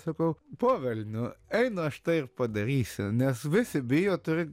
sakau po velnių einu aš tai ir padarysiu nes visi bijo turi